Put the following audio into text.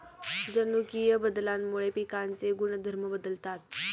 जनुकीय बदलामुळे पिकांचे गुणधर्म बदलतात